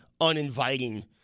uninviting